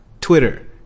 Twitter